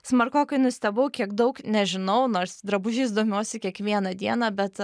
smarkokai nustebau kiek daug nežinau nors drabužiais domiuosi kiekvieną dieną bet